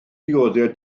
dioddef